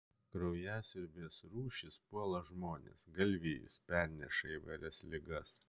kraujasiurbės rūšys puola žmones galvijus perneša įvairias ligas